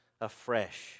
afresh